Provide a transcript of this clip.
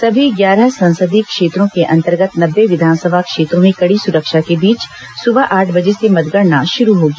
सभी ग्यारह संसदीय क्षेत्रों के अंतर्गत नब्बे विधानसभा क्षेत्रो में कड़ी सुरक्षा के बीच सुबह आठ बजे से मतगणना शुरू होगी